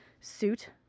suit